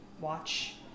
watch